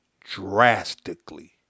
drastically